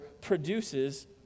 produces